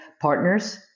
partners